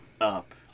up